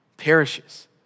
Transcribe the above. perishes